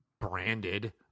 branded